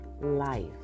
life